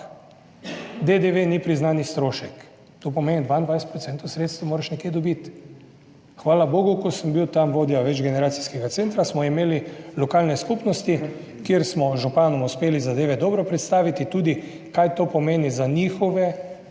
DDV ni priznani strošek, to pomeni, 22 % sredstev moraš nekje dobiti. Hvala bogu, ko sem bil tam vodja večgeneracijskega centra, smo imeli lokalne skupnosti, kjer smo županom uspeli zadeve dobro predstaviti, tudi, kaj to pomeni za njihove